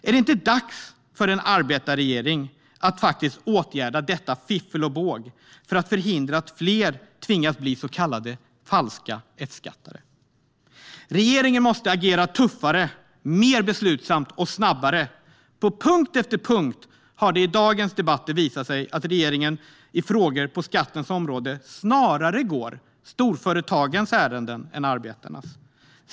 Är det inte dags för en arbetarregering att faktiskt åtgärda detta fiffel och båg för att förhindra att fler tvingas bli så kallade falska F-skattare? Regeringen måste agera tuffare, mer beslutsamt och snabbare. På punkt efter punkt har det i dagens debatter visat sig att regeringen i frågor på skattens område snarare går storföretagens ärenden än arbetarnas.